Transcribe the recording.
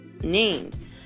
named